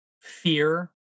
fear